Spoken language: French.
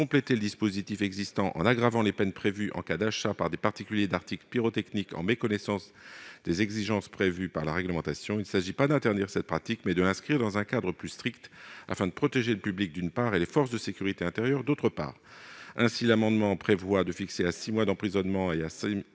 compléter le dispositif existant en aggravant les peines prévues en cas d'achat par des particuliers d'articles pyrotechniques en méconnaissance des exigences prévues par la réglementation. Il s'agit non pas d'interdire cette pratique, mais de l'inscrire dans un cadre plus strict, afin de protéger le public, d'une part, et les forces de sécurité intérieure, d'autre part. Ainsi, il est prévu de fixer à six mois d'emprisonnement et à 7 500 euros d'amende